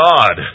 God